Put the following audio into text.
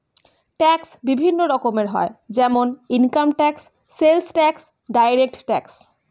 tax বিভিন্ন রকমের হয় যেমন income tax, sales tax, direct tax